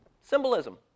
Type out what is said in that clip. Symbolism